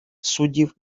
суддів